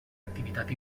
activitat